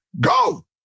go